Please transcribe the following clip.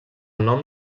nom